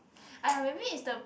!aiya! maybe it's the